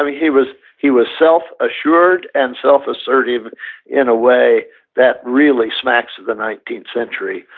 he was he was self-assured and self-assertive in a way that really smacks of the nineteenth century.